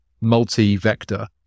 multi-vector